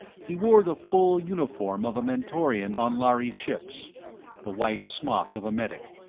he wore the full uniform of a mentorian on lhari ships the white smock of a medic,